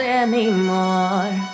anymore